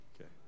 Okay